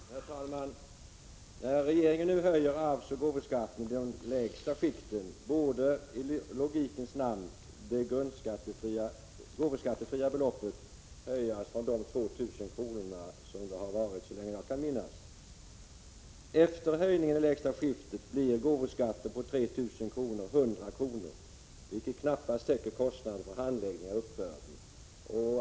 Herr talman! När regeringen nu höjer arvsoch gåvoskatten i de lägsta skikten, borde i logikens namn det gåvoskattefria beloppet höjas från 2 000 kr., som det har varit så länge jag kan minnas. Efter höjningen i lägsta skiktet kommer gåvoskatten på 3 000 kr. att bli 100 kr., vilket knappast täcker kostnaden för handläggning av uppbörden.